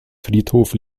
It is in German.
friedhof